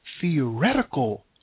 theoretical